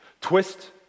twist